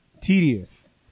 Tedious